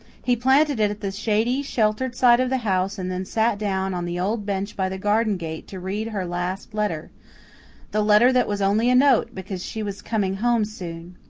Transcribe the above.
he planted it at the shady, sheltered side of the house and then sat down on the old bench by the garden gate to read her last letter the letter that was only a note, because she was coming home soon.